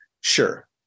Sure